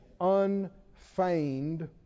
Unfeigned